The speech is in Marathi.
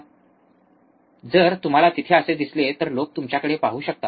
म्हणून जर तुम्हाला तिथे असे दिसले तर लोक तुमच्याकडेही पाहू शकतात